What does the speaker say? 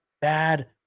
bad